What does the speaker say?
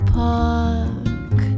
park